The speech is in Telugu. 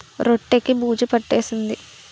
రొట్టె కి బూజు పట్టేసింది